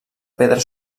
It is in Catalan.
pedra